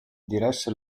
diresse